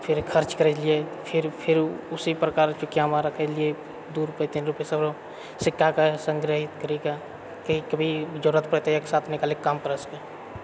फिर खर्च करै छलियै फिर फिर ऊसी प्रकार चूकियामे रखै हलियै दू रूपए तीन रूपए सब रऽ सिक्काके सङ्ग्रहित करिके किया कभी जरुरत पड़तै एक साथ निकालैके काम पड़ै सकै